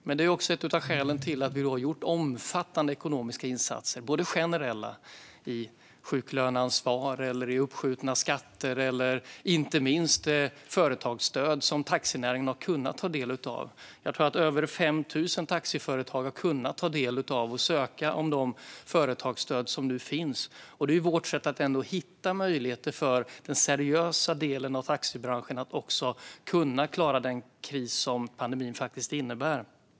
Det är också ett av skälen till att vi har gjort omfattande ekonomiska insatser, både generella i sjuklöneansvar och i uppskjutna skatter och, inte minst, i företagsstöd som taxinäringen har kunnat ta del av. Jag tror att över 5 000 taxiföretag har kunnat ta del av och söka de företagsstöd som nu finns. Det är vårt sätt att hitta möjligheter för den seriösa delen av taxibranschen att klara den kris som pandemin innebär.